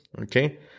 okay